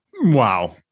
Wow